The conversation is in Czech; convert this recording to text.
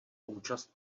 účast